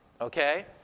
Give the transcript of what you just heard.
okay